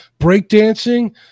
breakdancing